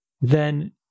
then-